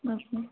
okay